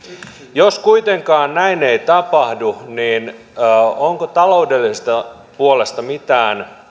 jos kuitenkaan näin ei tapahdu onko taloudellisesta puolesta mitään